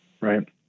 Right